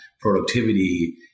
productivity